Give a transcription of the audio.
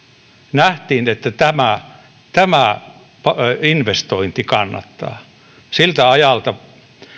nähtiin että tämä tämä investointi kannattaa siltä ajalta